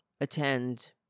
attend